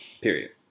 Period